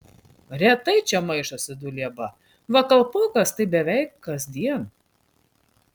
retai čia maišosi dulieba va kalpokas tai beveik kasdien